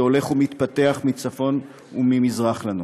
שהולך ומתפתח מצפון וממזרח לנו.